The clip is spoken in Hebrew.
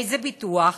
איזה ביטוח?